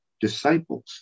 disciples